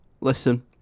Listen